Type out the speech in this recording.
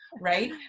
right